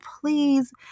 please